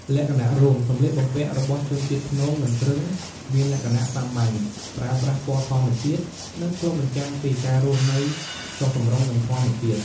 លក្ខណៈរួម: សម្លៀកបំពាក់របស់ជនជាតិព្នង និងគ្រឹង មានលក្ខណៈ សាមញ្ញ ប្រើប្រាស់ ពណ៌ធម្មជាតិ និងឆ្លុះបញ្ចាំងពី ការរស់នៅចុះសម្រុងនឹងធម្មជាតិ។